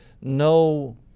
no